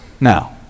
now